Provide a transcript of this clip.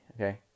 Okay